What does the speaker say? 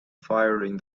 firing